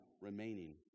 remaining